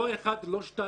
לא, לא.